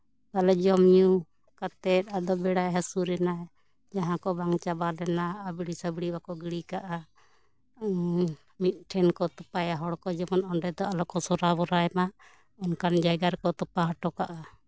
ᱛᱟᱦᱚᱞᱮ ᱡᱚᱢ ᱧᱩ ᱠᱟᱛᱮᱜ ᱟᱫᱚ ᱵᱮᱲᱟᱭ ᱦᱟᱹᱥᱩᱨ ᱮᱱᱟᱭ ᱡᱟᱦᱟᱸ ᱠᱚ ᱵᱟᱝ ᱪᱟᱵᱟ ᱞᱮᱱᱟ ᱟᱵᱲᱤ ᱥᱟᱵᱲᱤ ᱵᱟᱠᱚ ᱜᱤᱰᱤ ᱠᱟᱜᱼᱟ ᱦᱮᱸ ᱢᱤᱫᱴᱷᱮᱱ ᱠᱚ ᱛᱚᱯᱟᱭᱟ ᱦᱚᱲ ᱠᱚ ᱡᱮᱢᱚᱱ ᱚᱸᱰᱮ ᱫᱚ ᱟᱞᱚ ᱠᱚ ᱥᱚᱨᱟ ᱵᱚᱨᱟᱭ ᱢᱟ ᱚᱱᱠᱟᱱ ᱡᱟᱭᱜᱟ ᱨᱮᱠᱚ ᱛᱚᱯᱟ ᱦᱚᱴᱚ ᱠᱟᱜᱼᱟ